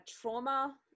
trauma